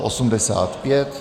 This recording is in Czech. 85.